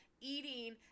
eating